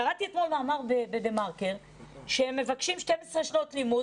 קראתי אתמול מאמר בדה-מרקר שהם מבקשים 12 שנות לימוד,